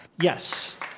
Yes